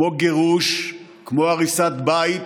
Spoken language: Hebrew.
כמו גירוש, כמו הריסת בית,